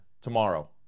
tomorrow